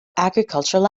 agricultural